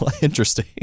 interesting